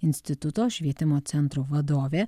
instituto švietimo centro vadovė